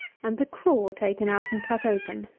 and the craw taken out and cut open.